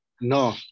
No